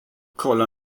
kolla